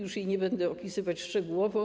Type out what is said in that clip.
Już jej nie będę opisywać szczegółowo.